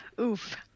Oof